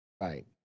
Right